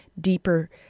deeper